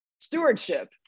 Stewardship